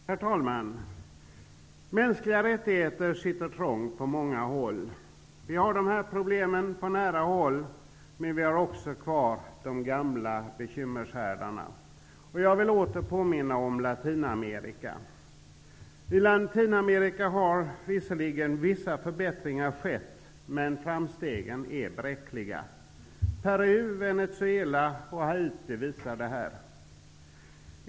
Herr talman! Mänskliga rättigheter sitter trångt på många håll. Vi har dessa problem på nära håll, men vi har också kvar de gamla bekymmershärdarna. Jag vill åter påminna om Latinamerika. I Latinamerika har visserligen vissa förbättringar skett, men framstegen är bräckliga. Peru, Venezuela och Haiti visar detta.